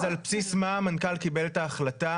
אז על בסיס מה המנכ"ל קיבל את ההחלטה